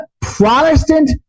protestant